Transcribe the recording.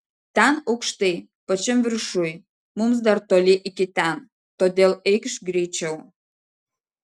ten aukštai pačiam viršuj mums dar toli iki ten todėl eikš greičiau